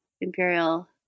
imperial